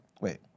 wait